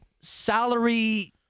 salary